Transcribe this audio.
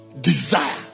desire